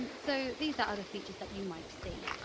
and so these are other features that you might see.